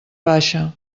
baixa